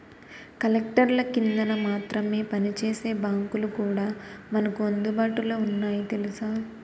కలెక్టర్ల కిందన మాత్రమే పనిచేసే బాంకులు కూడా మనకు అందుబాటులో ఉన్నాయి తెలుసా